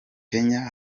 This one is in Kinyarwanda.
kenya